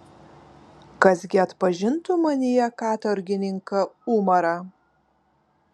kas gi atpažintų manyje katorgininką umarą